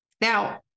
Now